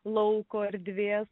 lauko erdvės